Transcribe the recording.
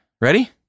ready